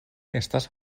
estas